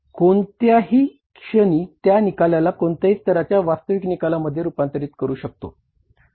आपण कोणत्याही क्षणी त्या निकालाला कोणत्याही स्तराच्या वास्तविक निकालामध्ये रुपांतरीत करू शकतो